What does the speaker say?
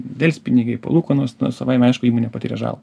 delspinigiai palūkanos savaime aišku įmonė patiria žalą